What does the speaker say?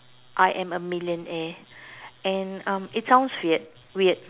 I am a millionaire and um it sounds weird weird